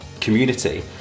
community